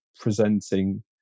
presenting